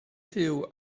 fyw